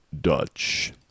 Dutch